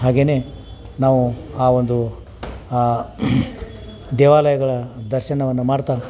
ಹಾಗೆ ನಾವು ಆ ಒಂದು ಆ ದೇವಾಲಯಗಳ ದರ್ಶನವನ್ನು ಮಾಡ್ತಾ